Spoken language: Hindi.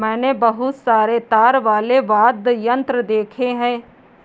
मैंने बहुत सारे तार वाले वाद्य यंत्र देखे हैं